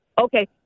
Okay